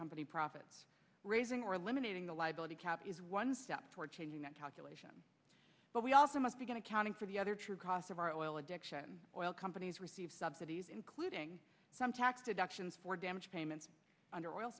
company profits raising or limiting the liability cap is one step toward changing that calculation but we also must begin to count for the other true cost of our oil addiction oil companies receive subsidies including some tax deductions for damage payments under oil